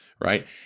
right